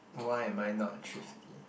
why am I not thrifty